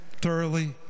thoroughly